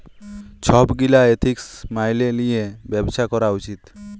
ছব গীলা এথিক্স ম্যাইলে লিঁয়ে ব্যবছা ক্যরা উচিত